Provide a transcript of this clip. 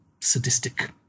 sadistic